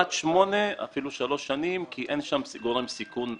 עד שמונה מטר אפילו שלוש שנות היערכות כי אין שם גורם סיכון מבחינתנו.